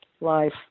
life